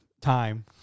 time